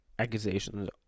accusations